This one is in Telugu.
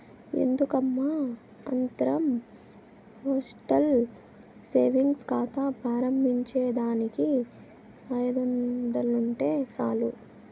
ఎందుకమ్మా ఆత్రం పోస్టల్ సేవింగ్స్ కాతా ప్రారంబించేదానికి ఐదొందలుంటే సాలు